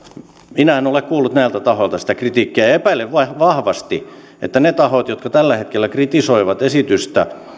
minä en ole kuullut näiltä tahoilta sitä kritiikkiä ja epäilen vahvasti että ne tahot jotka tällä hetkellä kritisoivat esitystä